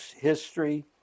history